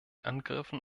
angriffen